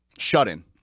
shut-in